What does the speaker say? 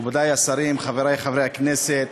מכובדי השרים, חברי חברי הכנסת,